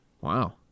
Wow